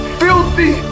filthy